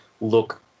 look